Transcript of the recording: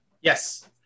Yes